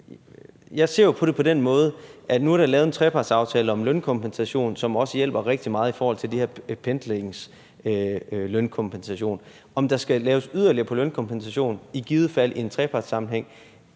Jeg ser jo på det på den måde, at der nu er lavet en trepartsaftale om en lønkompensation, som også hjælper rigtig meget i forhold til den her pendlerlønkompensation. Om der i givet fald skal laves yderligere i forhold til lønkompensation i en trepartssammenhæng,